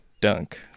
dunk